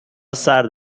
سرد